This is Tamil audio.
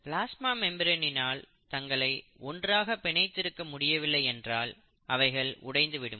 பிளாஸ்மா மெம்பிரேனினால் தங்களை ஒன்றாக பிணைத்திருக்க முடியவில்லை என்றால் அவைகள் உடைந்துவிடும்